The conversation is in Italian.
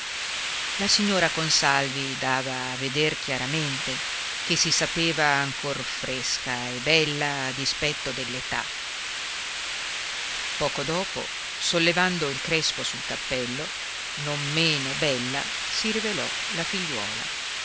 la signora consalvi dava a veder chiaramente che si sapeva ancor fresca e bella a dispetto dell'età poco dopo sollevando il crespo sul cappello non meno bella si rivelò la figliuola